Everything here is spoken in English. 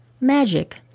magic